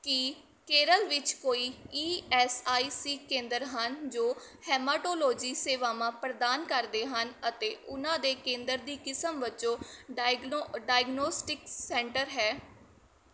ਕੀ ਕੇਰਲ ਵਿੱਚ ਕੋਈ E S I C ਕੇਂਦਰ ਹਨ ਜੋ ਹੈਮਾਟੋਲੋਜੀ ਸੇਵਾਵਾਂ ਪ੍ਰਦਾਨ ਕਰਦੇ ਹਨ ਅਤੇ ਉਨ੍ਹਾਂ ਦੇ ਕੇਂਦਰ ਦੀ ਕਿਸਮ ਵਜੋਂ ਡਾਇਗਨੌ ਡਾਇਗਨੌਸਟਿਕਸ ਸੈਂਟਰ ਹੈ